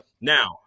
Now